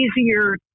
easier